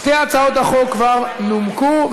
שתי הצעות החוק כבר נומקו,